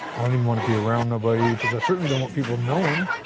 i don't don't wanna be around nobody, cause i certainly don't want people knowing.